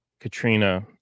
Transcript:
Katrina